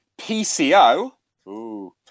PCO